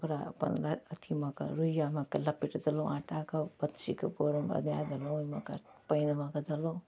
ओकरा अपन अथीमे कऽ रूइयामे कऽ लपेट देलहुॅं आटाके बंसीके बोरमे लगए देलहुॅं ओहिमे के पानिमे कऽ देलहुॅं